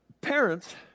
parents